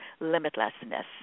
limitlessness